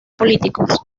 políticos